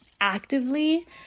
actively